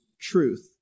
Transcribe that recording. truth